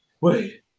Wait